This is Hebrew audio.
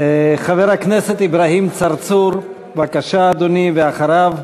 חבר הכנסת אברהים צרצור, בבקשה, אדוני, ואחריו,